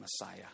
Messiah